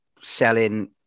selling